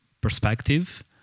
perspective